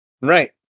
right